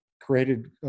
created